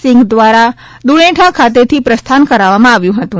સિંઘ દ્વારા દ્દકોકા ખાતેથી પ્રસ્થાન કરાવવામાં આવ્યું હતું